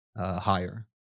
higher